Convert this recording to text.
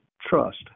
trust